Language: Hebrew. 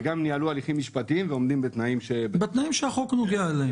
וגם ניהלו הליכים משפטיים ועומדים בתנאים שהחוק נוגע אליהם.